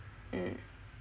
mm